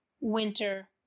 winter